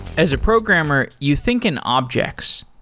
as a programmer, you think an object.